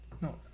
no